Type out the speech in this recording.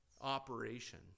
operation